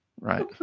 Right